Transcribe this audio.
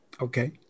Okay